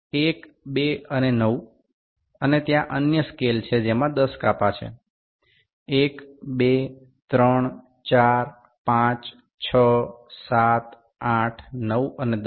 ১ ২ এবং ৯ ও এখানে আরও একটি স্কেল রয়েছে যার ১০ টি বিভাগ রয়েছে ১ ২ ৩ ৪ ৫ ৬ ৭ ৮ ৯ এবং ১০